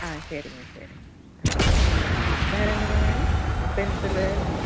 ஆ சரிங்க சரிங்க ஆ சரிங்க வேறு என்னங்க வேணும் பென்சிலு